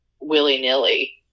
willy-nilly